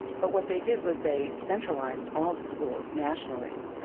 but what they did was they centralised all the schools nationally.